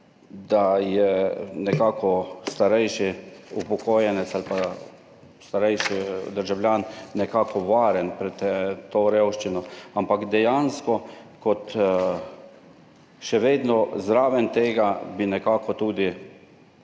da je starejši upokojenec ali pa starejši državljan nekako varen pred to revščino. Ampak dejansko bi še vedno zraven tega tudi